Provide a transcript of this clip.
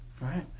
Right